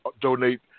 Donate